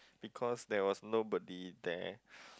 because there was nobody there